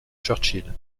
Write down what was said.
churchill